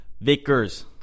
Vickers